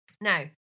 Now